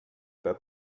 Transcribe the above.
pas